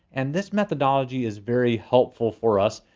and this methodology is very helpful for us.